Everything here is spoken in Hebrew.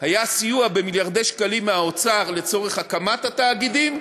היה סיוע במיליארדי שקלים מהאוצר לצורך הקמת התאגידים,